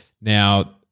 Now